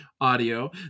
audio